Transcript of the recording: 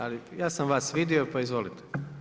Ali ja sam vas vidio pa izvolite.